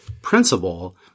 principle